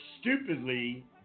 stupidly